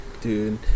Dude